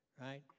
right